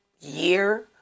year